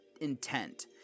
intent